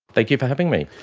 thank you for having me.